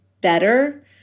better